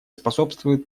способствует